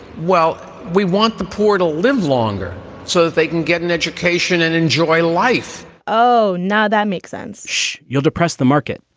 well, we want the poor to live longer so that they can get an education and enjoy life oh, now that makes sense you'll depress the market,